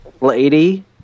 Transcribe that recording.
Lady